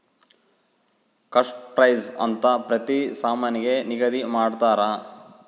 cost price ಅಂತ ಪ್ರತಿ ಸಾಮಾನಿಗೆ ನಿಗದಿ ಮಾಡಿರ್ತರ